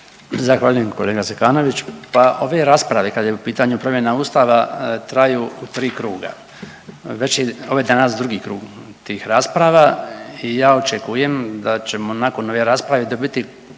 Zahvaljujem kolega Zekanović. Pa ove rasprave kad je u pitanju promjena Ustava traju u tri kruga, ovo je danas drugi krug tih rasprava i ja očekujem da ćemo nakon ove rasprave dobiti